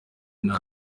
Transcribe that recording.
nta